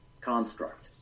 construct